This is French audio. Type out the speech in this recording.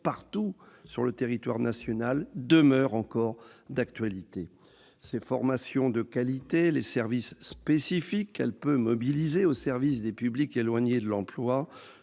partout sur le territoire national -demeure d'actualité. Ses formations de qualité, les services spécifiques qu'elle peut mobiliser au profit des publics éloignés de l'emploi,